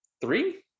three